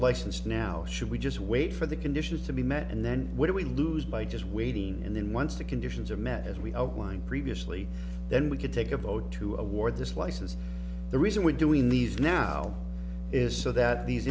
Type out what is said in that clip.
license now should we just wait for the conditions to be met and then what do we lose by just waiting and then once the conditions are met as we outlined previously then we could take a vote to award this license the reason we're doing these now is so that these